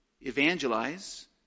evangelize